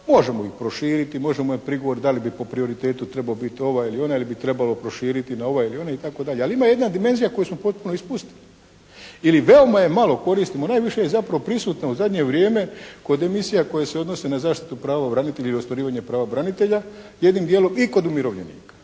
možemo … /Govornik se ne razumije./ prigovor da li bi po prioritetu trebao biti ovaj ili onaj ili bi trebalo proširiti na ovaj ili onaj, itd., ali ima jedna dimenzija koju smo potpuno ispustili. Ili veoma je malo koristimo, najviše je zapravo prisutna u zadnje vrijeme kod emisija koje se odnose na zaštitu prava branitelja i ostvarivanje prava branitelja, jednim dijelom i kod umirovljenika.